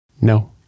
No